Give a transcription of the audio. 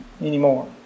anymore